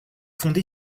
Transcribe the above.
fondé